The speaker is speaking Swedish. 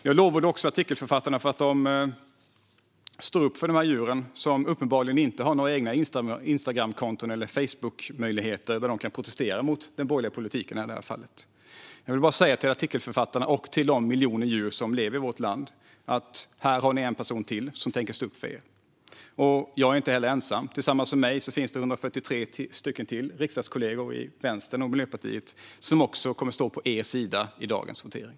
Jag lovordar också artikelförfattarna för att de står upp för dessa djur, som uppenbarligen inte har några egna Instagramkonton eller Facebookmöjligheter där de kan protestera mot den borgerliga politiken i det här fallet. Jag vill bara säga till artikelförfattarna och de miljoner djur som lever i vårt land: Här har ni en person till som tänker stå upp för er. Jag har inte heller ensam. Tillsammans med mig finns det 143 riksdagskollegor till i Vänstern och Miljöpartiet som också kommer att stå på er sida i dagens votering.